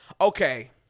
Okay